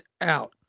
out